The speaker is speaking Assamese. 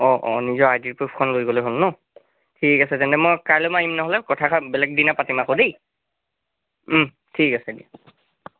অঁ নিজৰ আইডি প্ৰুফখন লৈ গ'লে হ'ল ন ঠিক আছে তেন্তে মই কাইলৈ কথাষাৰ বেলেগদিনা পাতিম আকৌ দেই ঠিক আছে